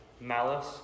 malice